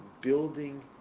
Building